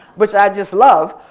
which i just love,